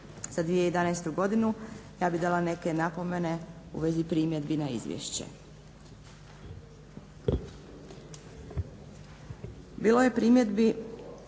za 2011. godinu ja bih dala neke napomene u vezi primjedbi na izvješće.